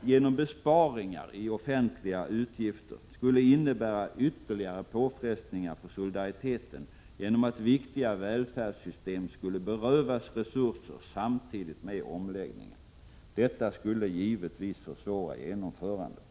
genom besparingar i offentliga utgifter skulle innebära ytterligare påfrestningar på solidariteten genom att viktiga välfärdssystem berövades resurser samtidigt med omläggningen. Detta skulle givetvis försvåra genomförandet.